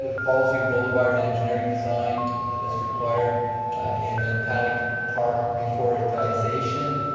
but fallsview boulevard engineering design that's required like and then paddock park reforestization.